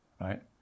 right